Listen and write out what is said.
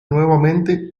nuevamente